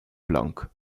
blank